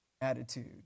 attitude